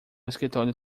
escritório